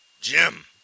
Jim